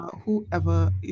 whoever